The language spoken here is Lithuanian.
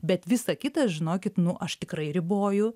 bet visa kita žinokit nu aš tikrai riboju